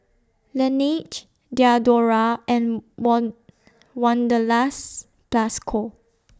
Laneige Diadora and Wan Wanderlust Plus Co